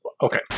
okay